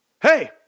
Hey